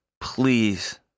Please